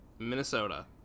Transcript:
Minnesota